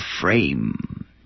frame